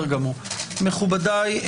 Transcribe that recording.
מכובדיי,